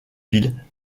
ville